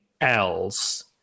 else